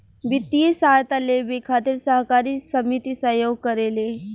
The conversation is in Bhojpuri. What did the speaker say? वित्तीय सहायता लेबे खातिर सहकारी समिति सहयोग करेले